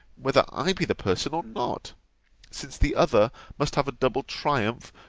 whether i be the person or not since the other must have a double triumph,